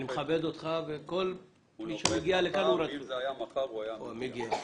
הוא נוחת מחר ואם הדיון היה מחר הוא היה מגיע.